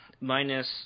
minus –